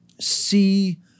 see